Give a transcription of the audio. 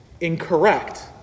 incorrect